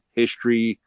history